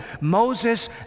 Moses